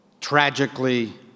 tragically